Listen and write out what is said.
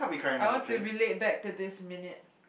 I want to relate back to this minute